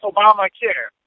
Obamacare